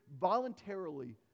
voluntarily